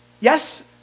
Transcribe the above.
Yes